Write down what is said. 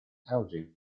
elgin